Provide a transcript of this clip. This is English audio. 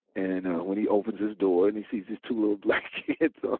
and when he opens his door and he sees these two little black kids, ah